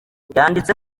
yanditse